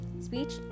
speech